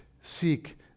Seek